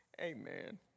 Amen